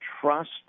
trust